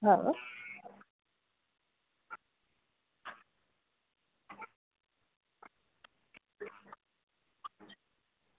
હહં